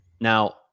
Now